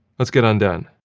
let's get undone.